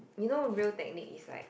you know Real Technique is right